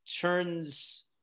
turns